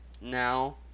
now